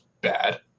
bad